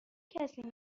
کسی